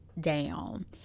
down